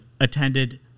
attended